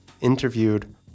interviewed